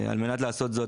על מנת לעשות זאת,